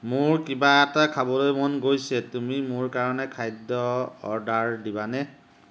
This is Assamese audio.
মোৰ কিবা এটা খাবলৈ মন গৈছে তুমি মোৰ কাৰণে খাদ্য অৰ্ডাৰ দিবানে